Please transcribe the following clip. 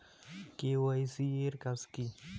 KYC এর কাজ কি?